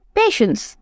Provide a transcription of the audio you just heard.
patience